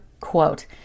quote